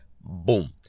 Boom